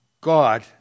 God